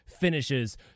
finishes